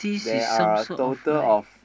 there are a total of